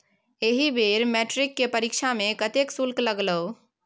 एहि बेर मैट्रिक केर परीक्षा मे कतेक शुल्क लागलौ?